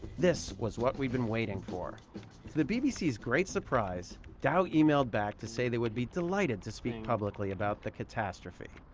this was what we'd been waiting for. to the bbc's great surprise, dow emailed back to say they would be delighted to speak publicly about the catastrophe.